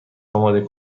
آماده